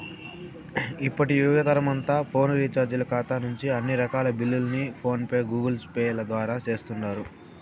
ఇప్పటి యువతరమంతా ఫోను రీచార్జీల కాతా నుంచి అన్ని రకాల బిల్లుల్ని ఫోన్ పే, గూగుల్పేల ద్వారా సేస్తుండారు